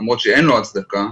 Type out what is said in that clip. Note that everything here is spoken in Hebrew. למרות שאין לו הצדקה,